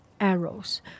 arrows